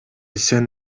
сен